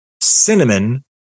cinnamon